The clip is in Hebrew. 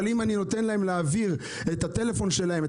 אבל אם אני נותן להם להעביר את הטלפון שלהם,